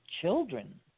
children